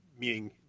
meaning